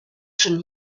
schon